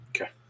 Okay